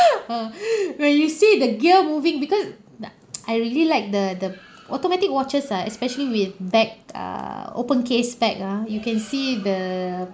uh when you see the gear moving because uh I really like the the automatic watches ah especially with back err open case back ah you can see the